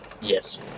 Yes